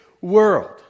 world